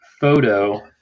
photo